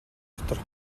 доторх